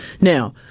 Now